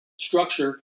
structure